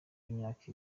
y’imyaka